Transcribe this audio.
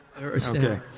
Okay